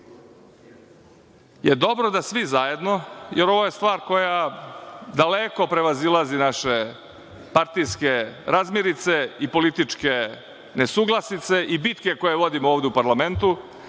je dobro da svi zajedno, jer ovo je stvar koja daleko prevazilazi naše partijske razmirice i političke nesuglasice i bitke koje vodimo ovde u parlamentu,